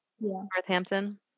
Northampton